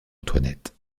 antoinette